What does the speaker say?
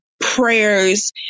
prayers